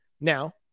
Now